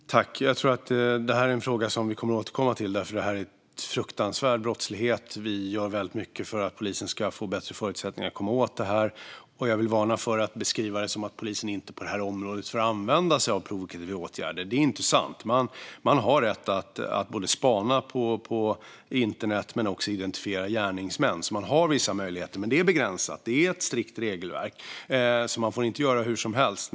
Fru talman! Jag tror att det här är en fråga som vi kommer att återkomma till, för detta är en fruktansvärd brottslighet. Vi gör väldigt mycket för att polisen ska få bättre förutsättningar att komma åt den. Jag vill varna för att beskriva det som att polisen på det här området inte får använda sig av provokativa åtgärder. Det är inte sant. Man har rätt både att spana på internet och att identifiera gärningsmän. Man har alltså vissa möjligheter, men de är begränsade. Det är ett strikt regelverk, så man får inte göra hur som helst.